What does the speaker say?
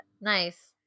nice